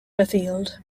afield